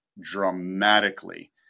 dramatically